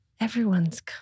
Everyone's